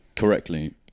Correctly